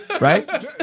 Right